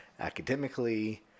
academically